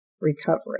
recovery